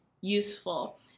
useful